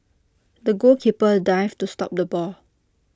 the goalkeeper dived to stop the ball